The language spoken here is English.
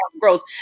gross